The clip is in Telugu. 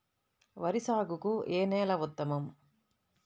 వరి సాగుకు ఏ నేల ఉత్తమం?